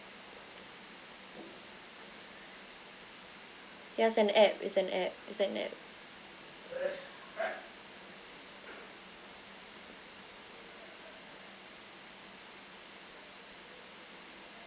ya it's an app it's an app it's an app